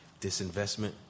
disinvestment